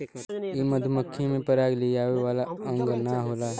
इ मधुमक्खी में पराग लियावे वाला अंग ना होला